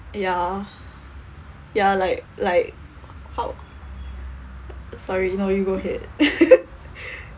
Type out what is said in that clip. ya ya like like how sorry no you go ahead